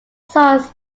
sons